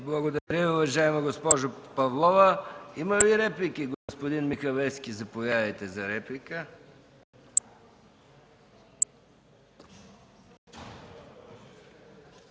Благодаря Ви, уважаема госпожо Павлова. Има ли реплики? Господин Михалевски, заповядайте за реплика.